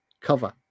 cover